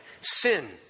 sin